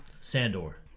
Sandor